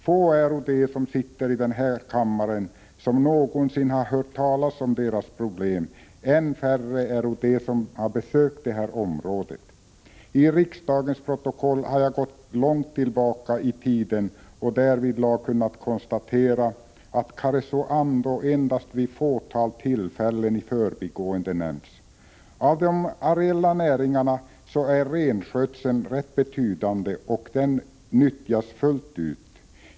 Få är de som sitter i den här kammaren som någonsin hört talas om deras problem. Än färre är de som har besökt detta område. I riksdagens protokoll har jag gått långt tillbaka i tiden och därvidlag kunnat konstatera att Karesuando har nämnts endast vid ett fåtal tillfällen i förbigående. Av de areella näringarna är renskötseln rätt betydande, och den nyttjas fullt ut.